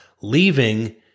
leaving